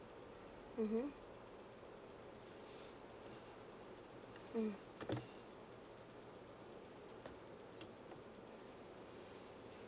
mmhmm mm